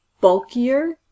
bulkier